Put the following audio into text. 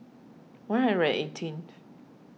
one hundred and eighteenth